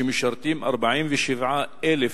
שמשרתים 47,000 תושבים,